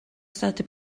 state